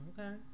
Okay